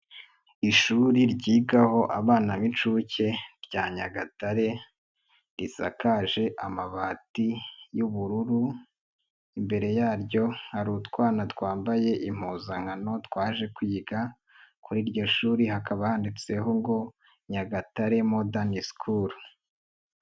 Ishuri ryigaho abana b'inshuke rya Nyagatare risakaje amabati y'ubururu. Imbere yaryo hari utwana twambaye impuzankano twaje kwiga. Kuri iryo shuri hakaba handitseho ngo Nyagatare Modern School.